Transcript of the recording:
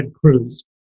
Cruz